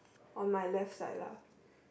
on my left side lah